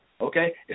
Okay